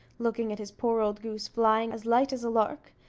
looking at his poor old goose flying as light as a lark,